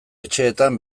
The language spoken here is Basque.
etxeetan